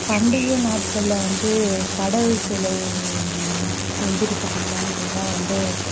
பண்டிகை நாட்களில் வந்து கடவுள் சிலையை செஞ்சிருக்கிறோமான்னு கேட்டால் வந்து